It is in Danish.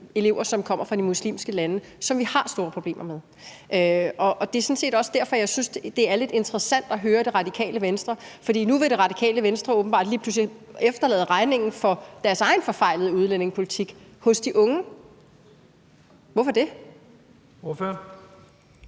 hovedsagelig kommer fra de muslimske lande, og som vi har store problemer med. Det er sådan set også derfor, jeg synes, at det er lidt interessant at høre på Radikale Venstre, for nu vil Radikale Venstre lige pludselig efterlade regningen for deres egen forfejlede udlændingepolitik hos de unge. Hvorfor det? Kl.